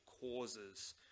causes